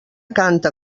canta